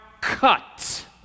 cut